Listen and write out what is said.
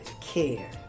care